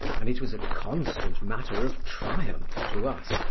and it was a constant matter of triumph to us,